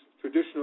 traditional